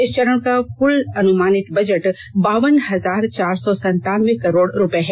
इस चरण का कल अनुमानित बजट बावन हजार चार सौ संतानबे करोड़ रुपये है